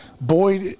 Boyd